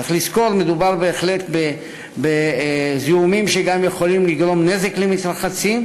צריך לזכור שמדובר בהחלט בזיהומים שגם יכולים לגרום נזק למתרחצים,